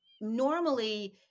Normally